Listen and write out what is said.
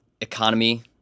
economy